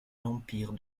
l’empire